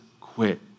quit